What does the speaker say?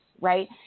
right